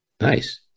Nice